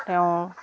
তেওঁ